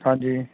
ਹਾਂਜੀ